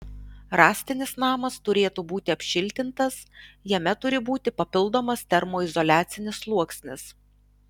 rąstinis namas turėtų būti apšiltintas jame turi būti papildomas termoizoliacinis sluoksnis